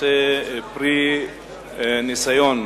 חוק בתי-הדין הדתיים הדרוזיים (תיקון,